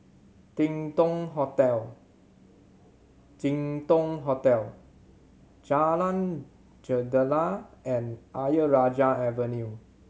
Jin Dong Hotel Jin Dong Hotel Jalan Jendela and Ayer Rajah Avenue